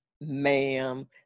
ma'am